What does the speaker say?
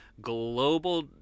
global